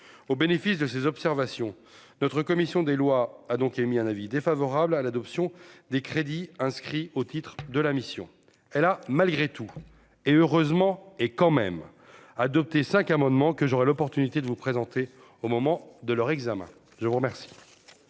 au bénéfice de ces observations, notre commission des lois a donc émis un avis défavorable à l'adoption des crédits inscrits au titre de la mission, elle a malgré tout et heureusement et quand même adopté 5 amendements que j'aurais l'opportunité de vous présenter au moment de leur examen, je vous remercie.